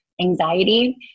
anxiety